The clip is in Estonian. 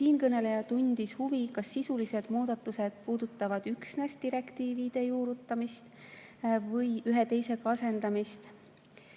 Siinkõneleja tundis huvi, kas sisulised muudatused puudutavad üksnes direktiivide juurutamist või ühe teisega asendamist.